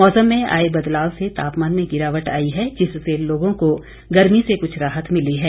मौसम में आए बदलाव से तापमान में गिरावट आई है जिससे लोगों को गर्मी से कुछ राहत मिली है